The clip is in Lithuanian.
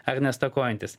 ar nestokojantys